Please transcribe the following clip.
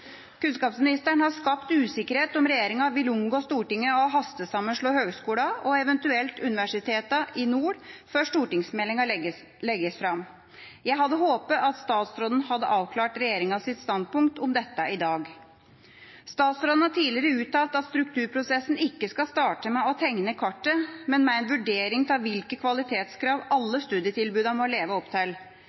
Kunnskapsministeren har skapt usikkerhet om regjeringa vil omgå Stortinget og hastesammenslå høgskolene og – eventuelt – universitetene i nord før stortingsmeldinga legges fram. Jeg hadde håpet at statsråden hadde avklart regjeringas standpunkt når det gjelder dette, i dag. Statsråden har tidligere uttalt at strukturprosessen ikke skal starte med å tegne kartet, men med en vurdering av hvilke kvalitetskrav alle studietilbudene må leve opp til.